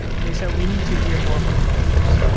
they said, we need to hear more from developers.